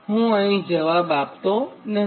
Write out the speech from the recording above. હું અહીં જવાબ આપતો નથી